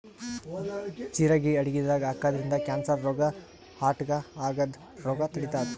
ಜಿರಗಿ ಅಡಗಿದಾಗ್ ಹಾಕಿದ್ರಿನ್ದ ಕ್ಯಾನ್ಸರ್ ರೋಗ್ ಹಾರ್ಟ್ಗಾ ಆಗದ್ದ್ ರೋಗ್ ತಡಿತಾದ್